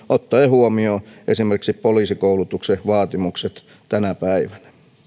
ottaen huomioon esimerkiksi poliisikoulutuksen vaatimukset tänä päivänä